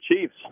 chiefs